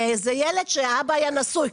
האבא היה נשוי,